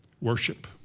Worship